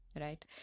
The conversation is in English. right